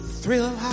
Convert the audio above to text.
thrill